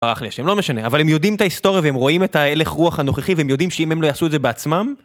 ברח לי השם לא משנה אבל הם יודעים את ההיסטוריה והם רואים את הלך רוח הנוכחי והם יודעים שאם הם לא יעשו את זה בעצמם